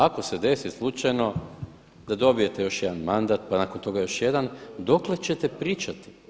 Ako se desi slučajno da dobijete još jedan mandat, pa nakon toga još jedan dokle ćete pričati?